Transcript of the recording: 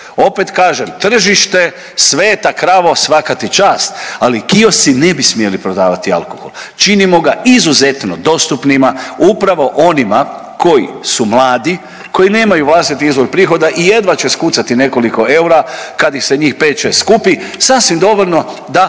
Opet kažem, tržište, sveta kravo svaka ti čast, ali kiosci ne bi smjeli prodavati alkohol, činimo ga izuzetno dostupnima, upravo onima koji su mladi, koji nemaju vlastiti izvor prihoda i jedva će skucati nekoliko eura kad ih se njih 5-6 skupi, sasvim dovoljno da